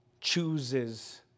Chooses